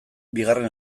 bigarren